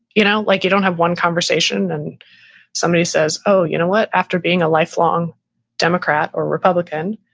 you know like you don't have one conversation and somebody says, oh, you know what? after being a lifelong democrat or republican,